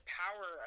power